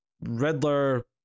Riddler